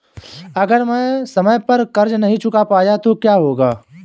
अगर मैं समय पर कर्ज़ नहीं चुका पाया तो क्या होगा?